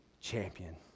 champion